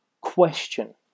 question